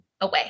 away